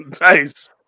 Nice